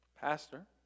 Pastor